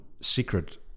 secret